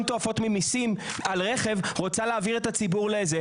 תועפות ממיסים על רכב רוצה להעביר את הציבור למטרו?